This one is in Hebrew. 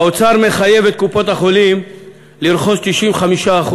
האוצר מחייב את קופות-החולים לרכוש 95%